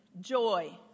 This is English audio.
joy